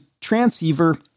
transceiver